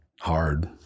hard